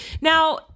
Now